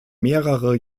mehrere